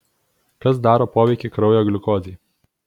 kas daro poveikį kraujo gliukozei